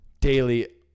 daily